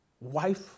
Wife